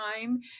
time